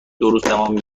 دوروزتمام